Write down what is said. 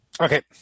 Okay